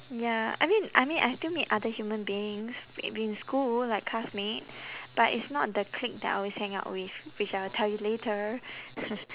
ya I mean I mean I still meet other human beings like in school like classmate but it's not the clique that I always hang out with which I will tell you later